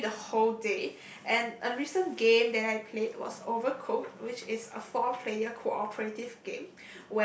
maybe the whole day and a recent game that I played was Overcook which is a four player cooperative game